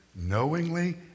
Knowingly